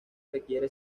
requiere